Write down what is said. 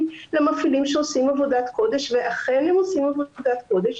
למפעילים שעושים עבודת קודש ואכן הם עושים עבודת קודש,